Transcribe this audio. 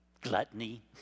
Gluttony